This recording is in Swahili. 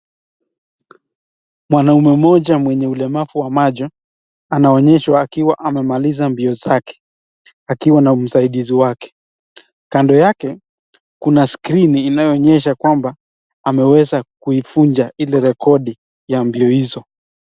Mwanaume mmoja mwenye ulemavu wa macho anaonyeshwa akiwa amemaliza mbio zake akiwa na msaidizi wake. Kando yake kuna skrini inayoonyesha kwamba ameweza kuivunja ile rekodi ya mbio hizo.